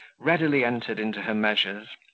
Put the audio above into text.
readily entered into her measures,